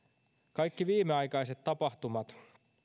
kaikki viimeaikaiset tapahtumat